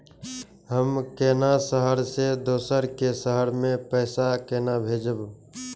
हम केना शहर से दोसर के शहर मैं पैसा केना भेजव?